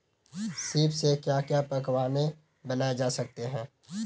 सीप से क्या क्या पकवान बनाए जा सकते हैं?